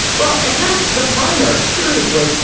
well, it has the primary, seriously.